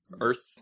Earth